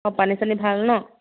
অঁ পানী চানী ভাল ন